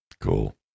cool